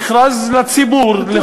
מכרז לציבור,